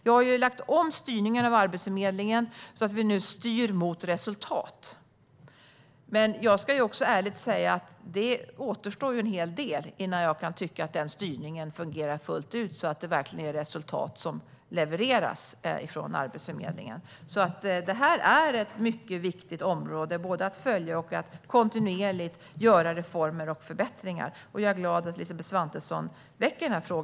Jag har lagt om styrningen av Arbetsförmedlingen så att vi nu styr mot resultat, men jag ska ärligt säga att det återstår en hel del innan styrningen fungerar fullt ut så att det verkligen är resultat som levereras från Arbetsförmedlingen. Detta är ett mycket viktigt område, både när det gäller att följa upp och att kontinuerligt göra reformer och förbättringar. Jag är glad att Elisabeth Svantesson väcker denna fråga.